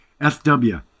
FW